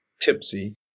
tipsy